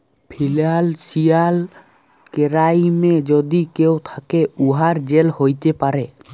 financial কেরাইমে যদি কেউ থ্যাকে, উয়ার জেল হ্যতে পারে